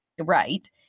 Right